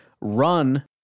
run